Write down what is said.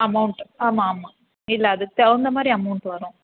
amount ஆமாம் ஆமாம் இல்லை அதுக்கு தகுந்தமாதிரி அமௌண்ட் வரும்